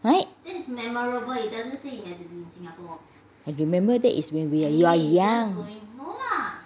right when you remember that is when you are young